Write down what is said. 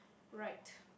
right